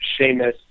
Seamus